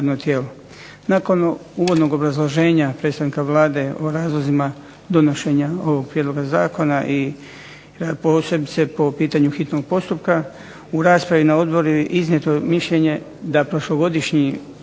Nakon uvodnog obrazloženja predstavnika Vlade o razlozima donošenja ovog prijedloga zakona posebice po pitanju hitnog postupka u raspravi na odboru je iznijeto mišljenje da prošlogodišnji